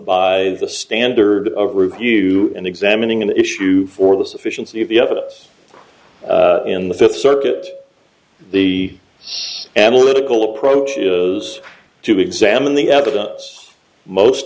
by the standard review and examining an issue for the sufficiency of the evidence in the fifth circuit the analytical approaches to examine the evidence most